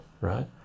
right